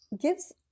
gives